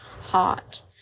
hot